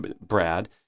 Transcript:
brad